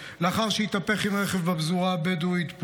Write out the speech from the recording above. לאחר שהתהפך עם הרכב בפזורה הבדואית.